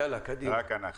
רק אנחנו.